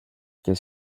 qu’est